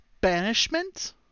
banishment